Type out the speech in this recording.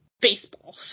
baseball